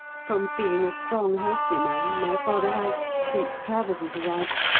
from being a strong, healthy man, my father has, since travers's arrival,